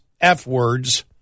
F-words